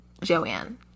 Joanne